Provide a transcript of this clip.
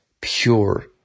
pure